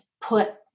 put